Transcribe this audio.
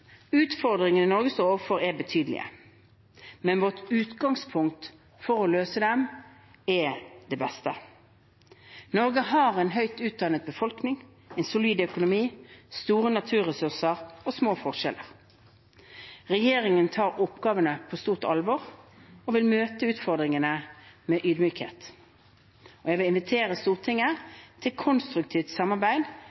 Utfordringene Norge står overfor, er betydelige, men vårt utgangspunkt for å løse dem er det beste. Norge har en høyt utdannet befolkning, en solid økonomi, store naturressurser og små forskjeller. Regjeringen tar oppgavene på stort alvor og vil møte utfordringene med ydmykhet. Jeg vil invitere Stortinget